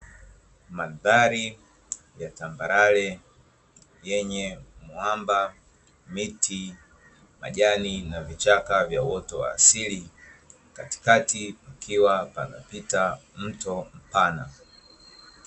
Mandhari ya tambarare, yenye mwamba, miti, majani na vichaka vya uoto asili, katikati kukiwa panapita mto mpana.